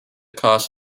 cost